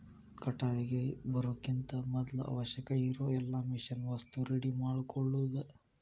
ಕಟಾವಿಗೆ ಬರುಕಿಂತ ಮದ್ಲ ಅವಶ್ಯಕ ಇರು ಎಲ್ಲಾ ಮಿಷನ್ ವಸ್ತು ರೆಡಿ ಮಾಡ್ಕೊಳುದ